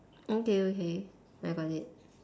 okay okay I got it